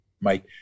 Mike